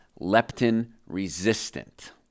leptin-resistant